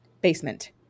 Basement